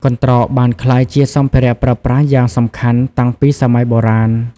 កន្ត្រក បានក្លាយជាសម្ភារៈប្រើប្រាស់យ៉ាងសំខាន់តាំងពីសម័យបុរាណ។